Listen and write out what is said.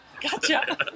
Gotcha